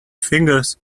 fingers